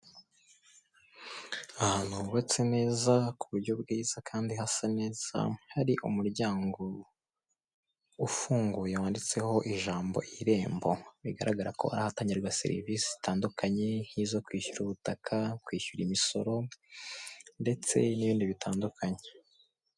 Ahantu hubatse neza ku buryo bwiza kandi hasa neza hari umuryango ufunguye wanditseho ijambo irembo, bigaragara ko ari ahatangirwa serivisi zitandukanye nk'izo kwishyura ubutaka, kwishyura imisoro ndetse n'ibindi bitandukanye.